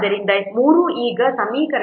ಆದ್ದರಿಂದ 3 ಈಗ ಸಮೀಕರಣವನ್ನು 3